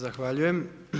Zahvaljujem.